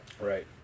Right